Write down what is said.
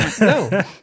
No